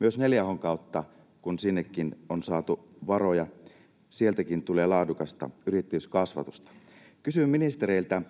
Myös 4H:n kautta, kun sinnekin on saatu varoja, tulee laadukasta yrittäjyyskasvatusta. Kysyn ministereiltä: